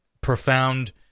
profound